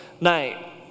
night